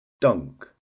Dunk